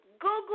Google